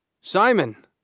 Simon